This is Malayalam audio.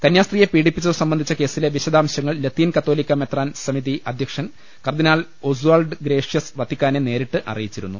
കന്യാസ്ത്രീയെ പീഡിപ്പിച്ചതുസംബന്ധിച്ച കേസിലെ വിശദാംശങ്ങൾ ലത്തീൻ കത്തോലിക്ക മെത്രാൻ സമിതി അധ്യ ക്ഷൻ കർദ്ദിനാൾ ഓസ്വോൾഡ് ഗ്രേഷ്യസ് വത്തിക്കാനെ നേരിട്ട് അറിയിച്ചിരുന്നു